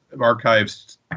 Archives